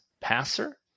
passer